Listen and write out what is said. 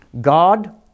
God